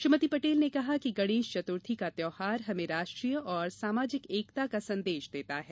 श्रीमती पटेल ने कहा कि गणेश चतुर्थी का त्योहार हमें राष्ट्रीय और सामाजिक एकता का संदेश देता है